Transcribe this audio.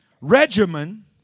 regimen